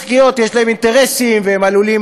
בדרך כלל זה לטובת אינטרסים פרטיים, חברות גדולות